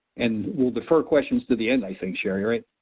and we'll defer questions to the end, i think, sherri, right?